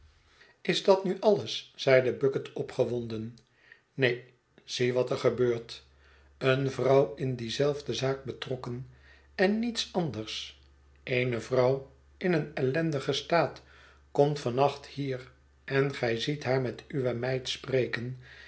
is dat nu alles zeide bucket opgewonden neen zie wat er gebeurt eene vrouw in die zelfde zaak betrokken en niets anders eene vrouw in een ellendigen staat komt van nacht hier en gij ziet haar met uwe meid spreken